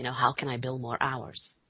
know, ihow can i bill more hours